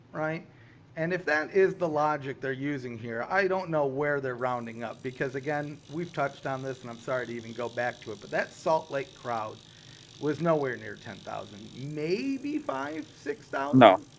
right and if that is the logic they're using here i don't know where they're rounding up because again we've touched on this and i'm sorry to even go back to it but that salt lake crowd was nowhere near ten thousand, maybe five six. no,